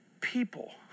people